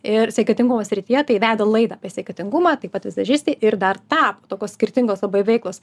ir sveikatingumo srityje tai veda laidą apie sveikatingumą taip pat vizažistė ir dar tą tokios skirtingos veiklos